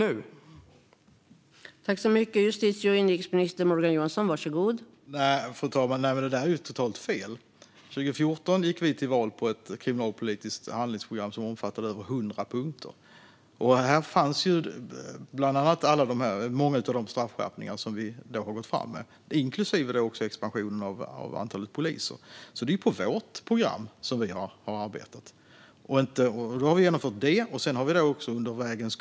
Håll dig till din talartid, Morgan!